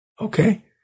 Okay